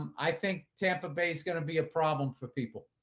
um i think tampa bay is going to be a problem for people.